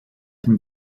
dem